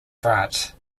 france